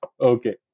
Okay